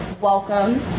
welcome